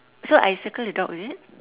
so I circle the dog is it